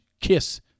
kiss